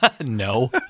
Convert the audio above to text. No